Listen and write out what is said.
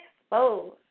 exposed